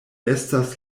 estas